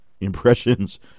impressions